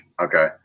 Okay